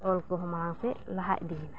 ᱚᱞ ᱠᱚᱦᱚᱸ ᱢᱟᱲᱟᱝᱥᱮᱫ ᱞᱟᱦᱟ ᱤᱫᱤᱭᱱᱟ